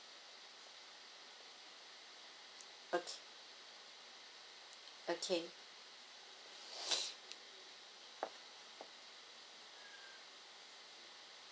okay okay